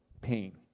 pain